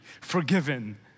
forgiven